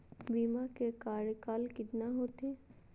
बीमा के कार्यकाल कितना होते?